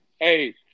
Hey